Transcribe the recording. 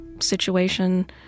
situation